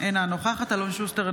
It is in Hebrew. אינה נוכחת אלון שוסטר,